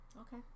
Okay